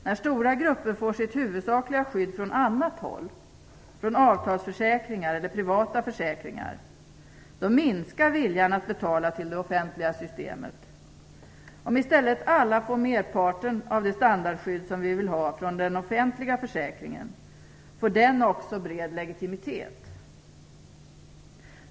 När stora grupper får sitt huvudsakliga skydd från annat håll, från avtalsförsäkringar eller privata försäkringar, minskar viljan att betala till det offentliga systemet. Om i stället alla får merparten av det standardskydd som vi vill ha från den offentliga försäkringen får den också bred legitimitet.